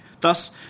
Thus